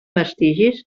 vestigis